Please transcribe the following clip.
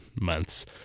months